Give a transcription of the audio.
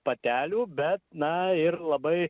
patelių bet na ir labai